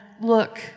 look